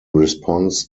response